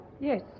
Yes